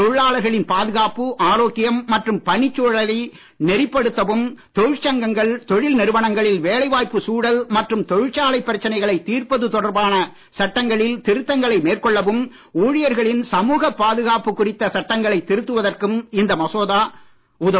தொழிலாளர்களின் பாதுகாப்பு மற்றும் பணிச்சூழலை நெறிப்படுத்தவும் தொழிற்சங்கங்கள் தொழில் நிறுவனங்களில் வேலைவாய்ப்புச் சூழல் மற்றும் தொழிற்சாலைப் பிரச்சனைகளைத் தீர்ப்பது தொடர்பான சட்டங்களில் திருத்தங்களை மேற்கொள்ளவும் ஊழியர்களின் சமூகப் பாதுகாப்பு குறித்த சட்டங்களை திருத்துவதற்கும் இந்த சட்ட மசோதாக்கள் உதவும்